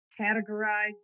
categorized